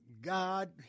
God